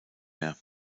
mehr